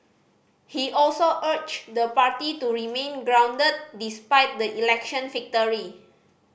he also urged the party to remain grounded despite the election victory